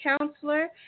counselor